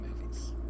movies